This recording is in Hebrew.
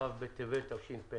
כ' בטבת תשפ"א.